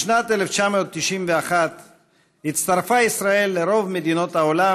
בשנת 1991 הצטרפה ישראל לרוב מדינות העולם